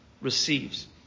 receives